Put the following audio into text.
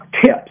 Tips